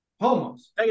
Homos